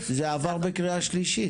זה עבר בקריאה שלישית.